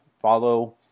follow